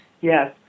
Yes